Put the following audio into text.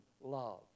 love